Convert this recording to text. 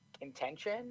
intention